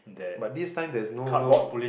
but this time there's no